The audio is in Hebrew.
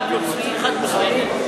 מיכל רוזין,